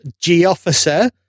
G-Officer